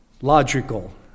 logical